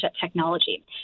technology